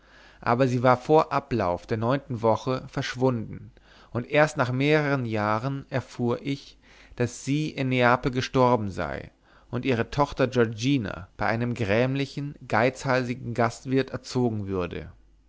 aber sie war vor ablauf der neunten woche verschwunden und erst nach mehrern jahren erfuhr ich daß sie in neapel gestorben sei und ihre tochter giorgina bei einem grämlichen geizhalsigen gastwirt erzogen würde